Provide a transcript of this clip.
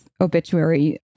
obituary